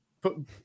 put